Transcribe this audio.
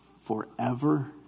forever